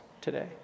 today